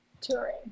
Touring